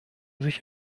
sich